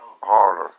harder